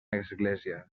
església